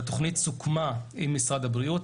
התוכנית סוכמה עם משרד הבריאות.